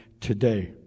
today